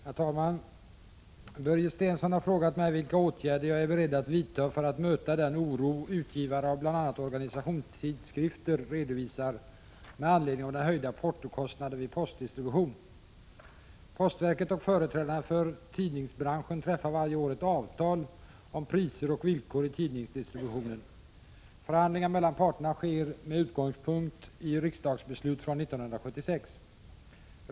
Herr talman! Börje Stensson har frågat mig vilka åtgärder jag är beredd att vidta för att möta den oro utgivare av bl.a. organisationstidskrifter redovisar med anledning av den höjda portokostnaden vid postdistribution. Postverket och företrädarna för tidningsbranschen träffar varje år ett avtal om priser och villkor i tidningsdistributionen. Förhandlingarna mellan parterna sker med utgångspunkt i riksdagsbeslut från 1976.